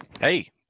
Hey